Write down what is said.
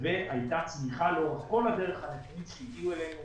והייתה צמיחה לאורך כל הדרך וענפים שהגיעו אלינו